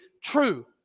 true